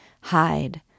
Hide